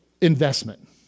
investment